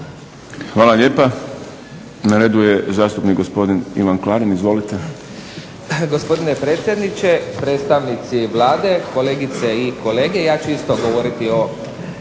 Hvala lijepa. Na redu je zastupnik gospodin Ivan Klarin. Izvolite.